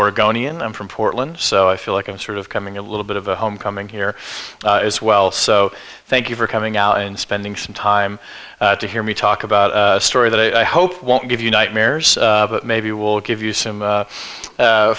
oregonian i'm from portland so i feel like i'm sort of coming a little bit of a homecoming here as well so thank you for coming out and spending some time to hear me talk about a story that i hope won't give you nightmares maybe will give you some